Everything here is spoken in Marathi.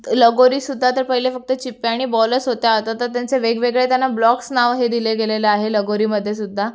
लगोरीसद्धा तर पहिले फक्त चिप्प्या आणि बॉलच होता आत्ता तर त्यांचे वेगवेगळे त्यांना ब्लॉक्स नाव हे दिले गेलेले आहे लगोरीमध्येसुद्धा